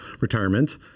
retirement